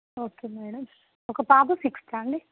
okay madam ఒక బాబు సిక్స్తా అండి